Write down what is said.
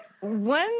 one